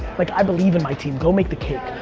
like, i believe in my team. go make the cake.